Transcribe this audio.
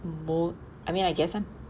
mot I mean I guess I'm